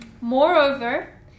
Moreover